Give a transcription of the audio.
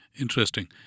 Interesting